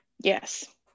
Yes